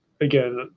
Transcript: again